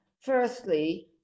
firstly